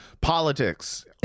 politics